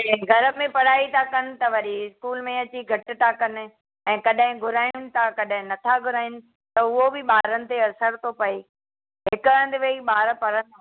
घर में पढ़ाई था कनि त वरी स्कूल में अची घटि था कनि ऐं कॾहिं घुरायूं त नथा घुराइन त उहो बि ॿारनि ते असर थो पए हिकु हंधु वेही ॿारु पढ़ंदो आहे